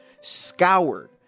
scoured